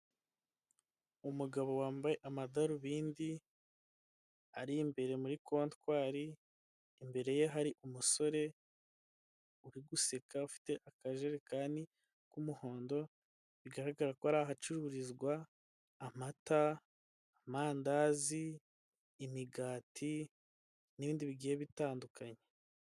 Umugabo wambaye amadarubindi, ari imbere muri kotwairi, imbere ye hari umusore uriguseka ufite akajerekani k'umuhondo bigaragara ko ari ahacururizwa amata, amandazi imigati n'ibindi bigiye bitandukanye.